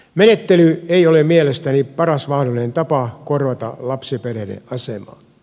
menettely ei ole mielestäni paras mahdollinen tapa korjata lapsiperheiden asemaa